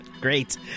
Great